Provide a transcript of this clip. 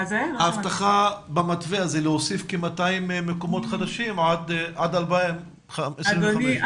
ההבטחה במתווה הזה להוסיף 200 מקומות חדשים עד 2025. אדוני,